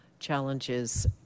challenges